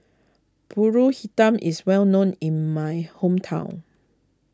Pulut Hitam is well known in my hometown